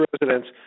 residents